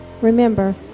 Remember